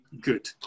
good